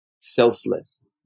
selfless